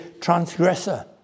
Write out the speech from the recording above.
transgressor